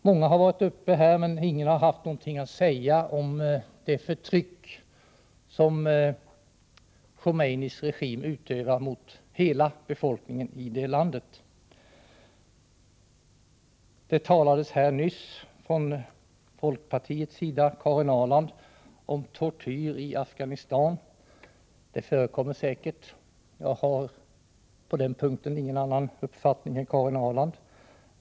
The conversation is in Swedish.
Många har varit uppe i talarstolen, men ingen har haft någonting att säga om det förtryck som Khomeinis regim utövar mot hela befolkningen i landet. Karin Ahrland talade nyss om tortyr i Afghanistan. Det förekommer säkert. Jag har på den punkten ingen annan uppfattning än Karin Ahrland.